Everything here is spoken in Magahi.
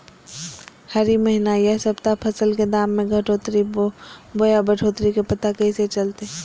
हरी महीना यह सप्ताह फसल के दाम में घटोतरी बोया बढ़ोतरी के पता कैसे चलतय?